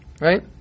Right